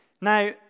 Now